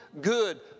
good